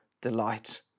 delight